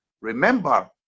Remember